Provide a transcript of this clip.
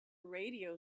radio